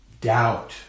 doubt